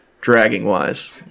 dragging-wise